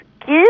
give